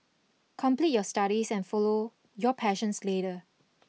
complete your studies and follow your passion later